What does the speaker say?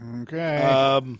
Okay